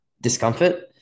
discomfort